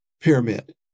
pyramid